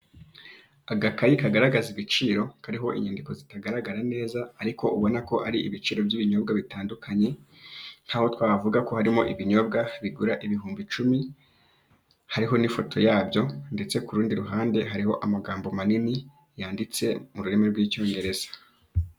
Agakayi kagaragaza ibiciro, kariho inyandiko zitagaragara neza ariko ubona ko ari ibiciro by'ibinyobwa bitandukanye nk'aho twavuga ko harimo ibinyobwa bigura ibihumbi icumi, hariho n'ifoto yabyo ndetse ku rundi ruhande hariho amagambo manini yanditse mu rurimi rw'icyongereza.